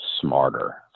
smarter